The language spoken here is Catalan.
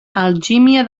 algímia